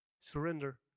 Surrender